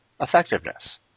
effectiveness